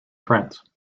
france